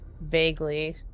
vaguely